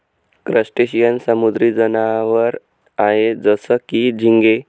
crustacean समुद्री जनावर आहे जसं की, झिंगे